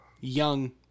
young